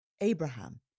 Abraham